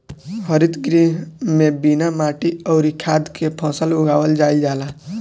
हरित गृह में बिना माटी अउरी खाद के फसल उगावल जाईल जाला